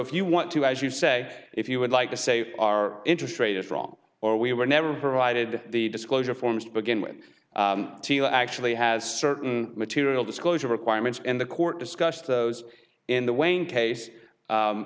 if you want to as you say if you would like to say our interest rate is wrong or we were never provided the disclosure forms to begin with you actually has certain material disclosure requirements in the court discuss those in the way in case